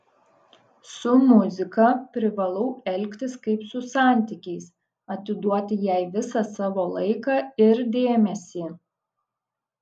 su muzika privalau elgtis kaip su santykiais atiduoti jai visą savo laiką ir dėmesį